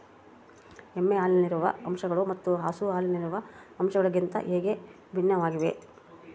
ಎಮ್ಮೆ ಹಾಲಿನಲ್ಲಿರುವ ಅಂಶಗಳು ಮತ್ತು ಹಸು ಹಾಲಿನಲ್ಲಿರುವ ಅಂಶಗಳಿಗಿಂತ ಹೇಗೆ ಭಿನ್ನವಾಗಿವೆ?